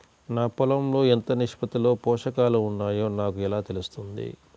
నా పొలం లో ఎంత నిష్పత్తిలో పోషకాలు వున్నాయో నాకు ఎలా తెలుస్తుంది?